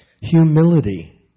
humility